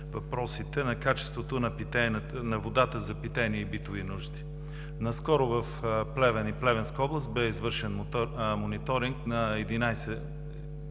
въпросите на качеството на водата за питейни и битови нужди. Наскоро в Плевен и Плевенска област бе извършено мониторинг на 11